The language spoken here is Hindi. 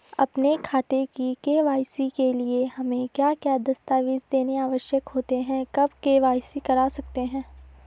अपने खाते की के.वाई.सी के लिए हमें क्या क्या दस्तावेज़ देने आवश्यक होते हैं कब के.वाई.सी करा सकते हैं?